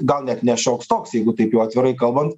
gal net ne šioks toks jeigu taip jau atvirai kalbant